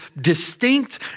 distinct